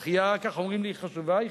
הדחייה, כך אומרים לי, היא חשובה.